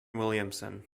williamson